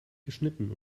geschnitten